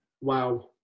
Wow